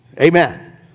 Amen